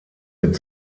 mit